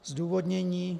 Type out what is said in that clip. Zdůvodnění.